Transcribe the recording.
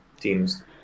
teams